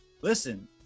listen